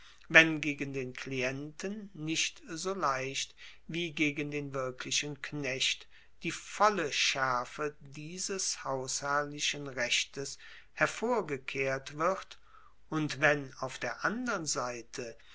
wenn gegen den klienten nicht so leicht wie gegen den wirklichen knecht die volle schaerfe dieses hausherrlichen rechtes hervorgekehrt wird und wenn auf der andern seite